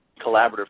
Collaborative